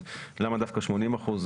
למה דווקא 80%?